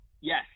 Yes